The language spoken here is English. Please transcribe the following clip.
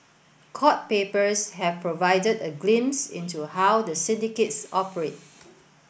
court papers have provided a glimpse into how the syndicates operate